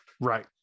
right